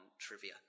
trivia